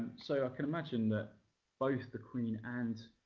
so i can imagine that both the queen and,